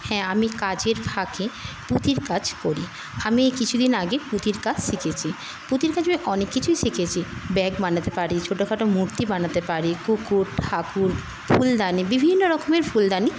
হ্যাঁ আমি কাজের ফাঁকে পুঁতির কাজ করি আমি কিছুদিন আগে পুঁতির কাজ শিখেছি পুঁতির কাজ আমি অনেক কিছুই শিখেছি ব্যাগ বানাতে পারি ছোটখাটো মূর্তি বানাতে পারি কুকুর ঠাকুর ফুলদানি বিভিন্ন রকমের ফুলদানি